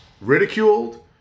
ridiculed